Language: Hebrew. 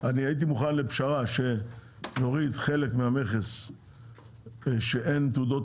אני הייתי מוכן לפשרה שנוריד חלק מהמכס שאין תעודות